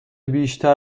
بیشتر